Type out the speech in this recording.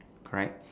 correct